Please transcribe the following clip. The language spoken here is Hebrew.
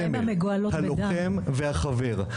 הנוקם והחבר,